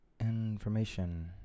information